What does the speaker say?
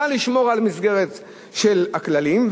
בא לשמור על המסגרת של הכללים,